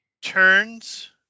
Turns